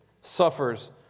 suffers